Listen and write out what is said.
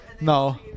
No